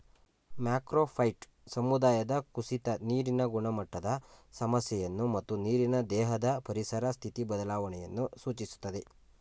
macrophyte ಸಮುದಾಯದ ಕುಸಿತ ನೀರಿನ ಗುಣಮಟ್ಟದ ಸಮಸ್ಯೆಯನ್ನು ಮತ್ತು ನೀರಿನ ದೇಹದ ಪರಿಸರ ಸ್ಥಿತಿ ಬದಲಾವಣೆಯನ್ನು ಸೂಚಿಸ್ತದೆ